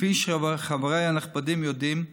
כפי שחבריי הנכבדים יודעים,